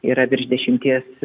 yra virš dešimties